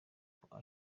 for